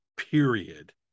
period